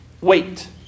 wait